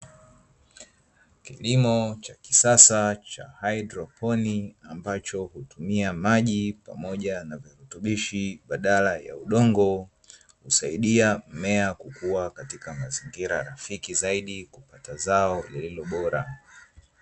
Kilimo cha kisasa cha hydroponi ambacho hutumia maji pamoja na virutubishi, badala ya udongo husaidia mmea kukua katika mazingira rafiki zaidi, kupata zao lililo bora.